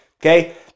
okay